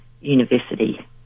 university